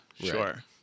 sure